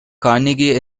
carnegie